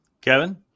Kevin